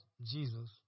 Jesus